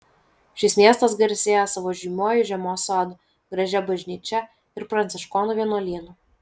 šis miestas garsėja savo žymiuoju žiemos sodu gražia bažnyčia ir pranciškonų vienuolynu